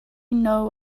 know